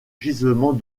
gisements